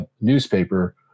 newspaper